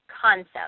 concept